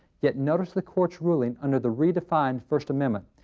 yet, notice the court's ruling under the redefined first amendment.